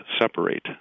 separate